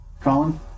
Colin